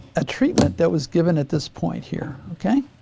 a treatment that was given at this point here. okay?